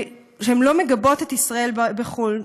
שהן לא מגבות את ישראל בחו"ל.